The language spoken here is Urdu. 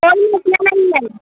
کوئی مسئلہ نہیں ہے